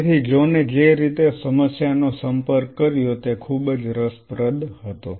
તેથી જ્હોને જે રીતે સમસ્યાનો સંપર્ક કર્યો તે ખૂબ જ રસપ્રદ હતો